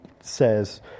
says